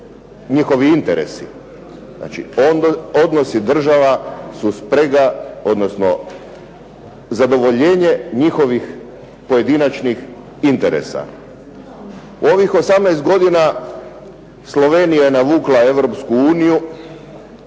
njihovi interesi. Znači odnosi država su sprega, odnosno zadovoljenje njihovih pojedinačnih interesa. Ovih 18 godina Slovenija je navukla Europsku uniju,